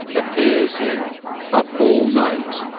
appears in up all night,